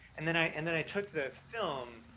and then i, and then i took the film